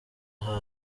aho